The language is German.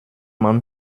man